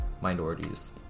minorities